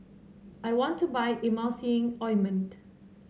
I want to buy Emulsying Ointment